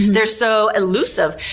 they're so elusive.